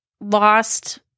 lost